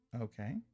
Okay